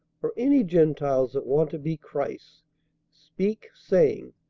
or any gentiles that want to be christ's speak, saying,